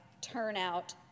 turnout